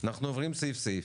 אנחנו עוברים סעיף-סעיף.